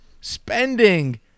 spending